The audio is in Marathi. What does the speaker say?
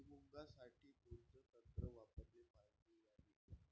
भुइमुगा साठी कोनचं तंत्र वापराले पायजे यावे?